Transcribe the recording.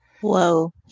Whoa